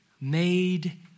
made